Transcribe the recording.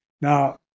Now